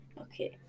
Okay